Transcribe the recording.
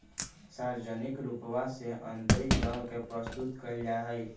सार्वजनिक रूपवा से आन्तरिक दर के प्रस्तुत कइल जाहई